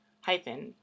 hyphen